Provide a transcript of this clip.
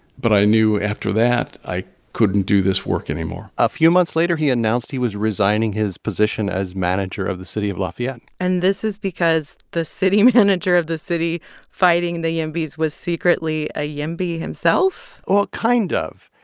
but i knew after that, i couldn't do this work anymore a few months later, he announced he was resigning his position as manager of the city of lafayette and this is because the city manager of the city fighting the yimbys was secretly a yimby himself? well, kind ah of.